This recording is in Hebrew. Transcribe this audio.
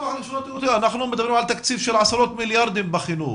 אנחנו מדברים על תקציב של עשרות מיליארדים בחינוך,